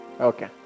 Okay